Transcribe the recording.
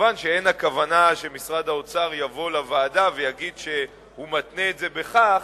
מובן שאין הכוונה שמשרד האוצר יבוא לוועדה ויגיד שהוא מתנה את זה בכך,